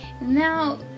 now